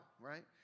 right